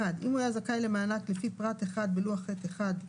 (1)אם היה זכאי למענק לפי פרט (1) בלוח ח'1א,